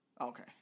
Okay